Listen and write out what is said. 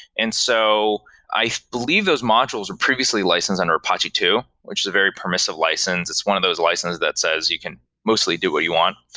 and so i believe those modules were previously license under apache ii, which is a very permissive license. it's one of those licenses that says you can mostly do what you want.